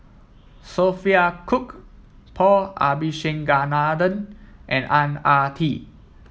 Sophia Cooke Paul Abisheganaden and Ang Ah Tee